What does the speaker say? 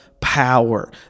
power